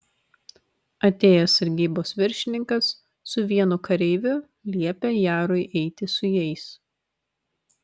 atėjęs sargybos viršininkas su vienu kareiviu liepė jarui eiti su jais